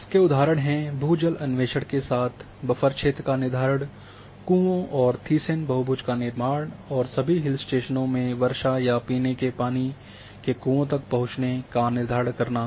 इसके उदाहरण है भूजल अन्वेषण के साथ बफर क्षेत्र का निर्धारण कुओं और थिसेन बहुभुज का निर्माण और सभी हिल स्टेशनों में वर्षा या पीने के पानी के कुओं तक पहुंच का निर्धारण करना